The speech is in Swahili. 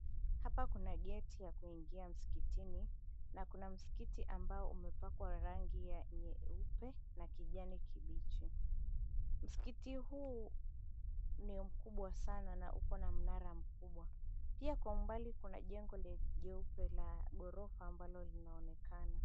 Hapa kuna geti ya kuingia msikitini, na kuna msikiti ambao umepakwa rangi nyeupe na kijani kibichi. Msikiti huu ni mkubwa sana na uko na mnara mkubwa, pia kwa umbali kuna jengo la jeupe la ghorofa ambalo linaonekana.